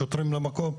שוטרים למקום,